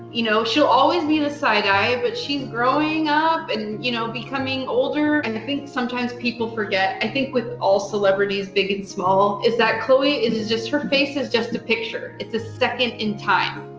you know she'll always be the side eye but she's growing up and you know becoming older. and i think sometimes people forget, i think with all celebrities, big and small, is that chloe is is just, her face is just a picture. it's a second in time.